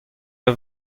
eus